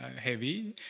heavy